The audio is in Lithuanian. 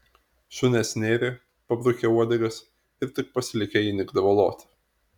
šunes nėrė pabrukę uodegas ir tik pasilikę įnikdavo loti